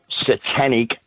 satanic